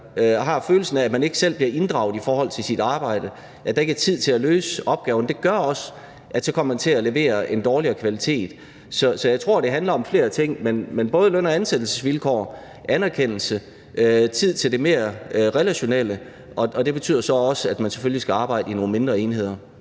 man har følelsen af, at man ikke selv bliver inddraget i forhold til sit arbejde, og at der ikke er tid til at løse opgaven. Det gør også, at så kommer man til at levere en dårligere kvalitet. Så jeg tror, det handler om flere ting, men det er både løn og ansættelsesvilkår, anerkendelse og tid til det mere relationelle. Og det betyder så også, at man selvfølgelig skal arbejde i nogle mindre enheder.